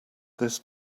this